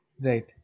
Right